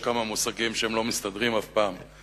יש כמה מושגים שלא מסתדרים אף פעם,